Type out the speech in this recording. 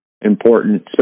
important